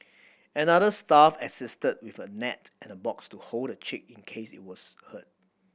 another staff assisted with a net and a box to hold the chick in case it was hurt